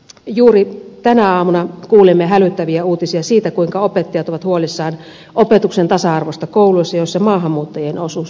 juuri tänä aamuna kuulimme hälyttäviä uutisia siitä kuinka opettajat ovat huolissaan opetuksen tasa arvosta kouluissa joissa maahanmuuttajien osuus on suuri